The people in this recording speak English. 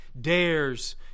dares